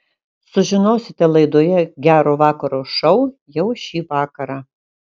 sužinosite laidoje gero vakaro šou jau šį vakarą